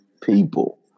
people